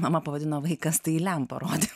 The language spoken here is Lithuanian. mama pavadino vaikas tai lempa rodė